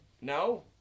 No